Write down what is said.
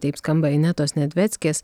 taip skamba inetos nedveckės